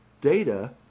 data